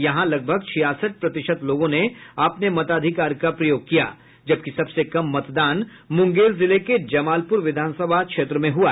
यहां लगभग छियासठ प्रतिशत लोगों ने अपने मताधिकार का प्रयोग किया जबकि सबसे कम मतदान मुंगेर जिले के जमालपुर विधानसभा क्षेत्र में हुआ